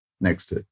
Next